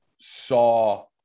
saw